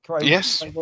Yes